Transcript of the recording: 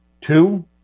Two